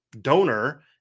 donor